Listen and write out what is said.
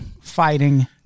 fighting